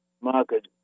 Market